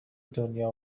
دنیا